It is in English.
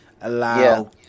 allow